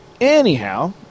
anyhow